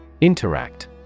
Interact